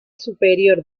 superior